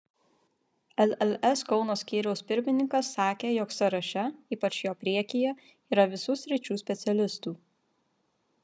lls kauno skyriaus pirmininkas sakė jog sąraše ypač jo priekyje yra visų sričių specialistų